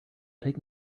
take